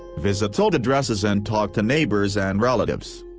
visit old addresses and talk to neighbors and relatives.